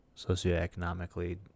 socioeconomically